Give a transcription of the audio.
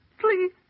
Please